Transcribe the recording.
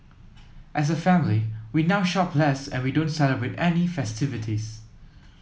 as a family we now shop less and we don't celebrate any festivities